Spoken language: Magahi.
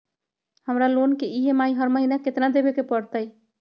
हमरा लोन के ई.एम.आई हर महिना केतना देबे के परतई?